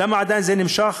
למה עדיין זה נמשך,